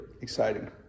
exciting